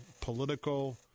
political